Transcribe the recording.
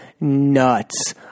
Nuts